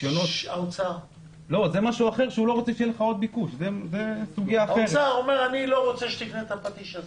האוצר אומר: אני לא רוצה שתקנה את הפטיש הזה.